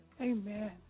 Amen